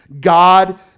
God